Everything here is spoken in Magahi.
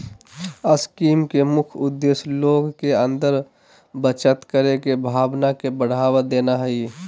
स्कीम के मुख्य उद्देश्य लोग के अंदर बचत करे के भावना के बढ़ावा देना हइ